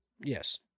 Yes